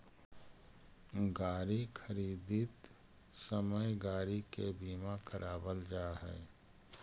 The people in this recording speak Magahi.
गाड़ी खरीदित समय गाड़ी के बीमा करावल जा हई